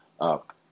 up